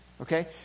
okay